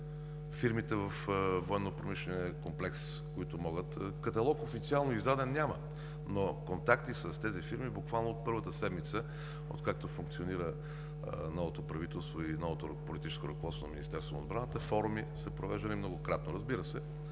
фирмите във военнопромишления комплекс. Каталог официално издаден няма, но контакти с тези фирми – буквално от първата седмица, откакто функционира новото правителство и новото политическо ръководство на Министерството на отбраната, форуми са провеждани многократно. Разбира се,